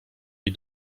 jej